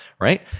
right